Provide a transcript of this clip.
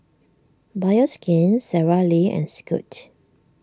Bioskin Sara Lee and Scoot